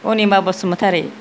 Anima Basumatary